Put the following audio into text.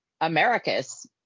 Americus